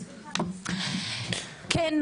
כן,